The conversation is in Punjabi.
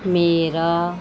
ਮੇਰਾ